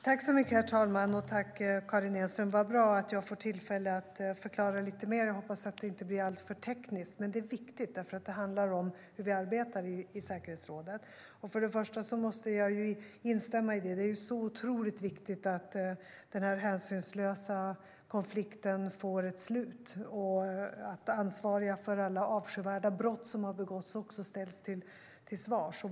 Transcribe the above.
Herr talman! Tack, Karin Enström! Vad bra att jag får tillfälle att förklara lite mer. Jag hoppas att det inte blir alltför tekniskt, men detta är viktigt då det handlar om hur vi arbetar i säkerhetsrådet. Jag måste instämma i att det är otroligt viktigt att denna hänsynslösa konflikt får ett slut och att de ansvariga för alla avskyvärda brott som har begåtts ställs till svars.